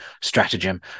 Stratagem